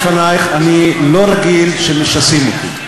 אני מתנצל בפנייך, אני לא רגיל שמשסעים אותי.